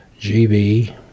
GB